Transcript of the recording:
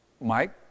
Mike